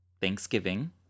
Thanksgiving